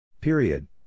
Period